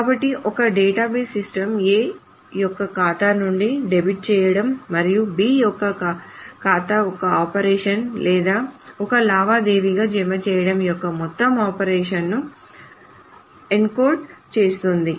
కాబట్టి ఒక database system A యొక్క ఖాతా నుండి డెబిట్ చేయడం మరియు B యొక్క ఖాతాకు ఒక ఆపరేషన్ లేదా ఒక లావాదేవీగా జమ చేయడం యొక్క మొత్తం ఆపరేషన్ను ఎన్కోడ్ చేస్తుంది